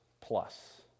plus